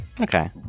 Okay